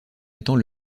étant